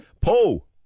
Paul